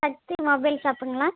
சக்தி mobile ஷாப்புங்களா